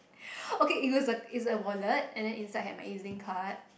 okay it was a it's a wallet and then inside had my Ezlink card